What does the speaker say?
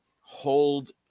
hold